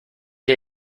der